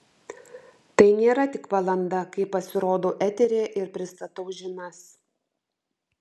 tai nėra tik valanda kai pasirodau eteryje ir pristatau žinias